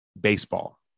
Baseball